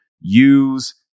Use